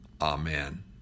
amen